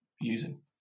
using